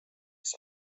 mis